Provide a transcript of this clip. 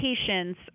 patients